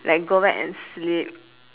like go back and sleep